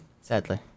Sadly